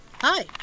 Hi